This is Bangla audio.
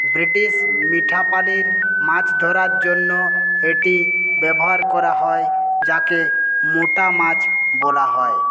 ব্রিটিশ মিঠা পানির মাছ ধরার জন্য এটি ব্যবহার করা হয় যাকে মোটা মাছ বলা হয়